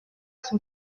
son